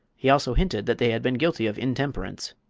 he also hinted that they had been guilty of intemperance.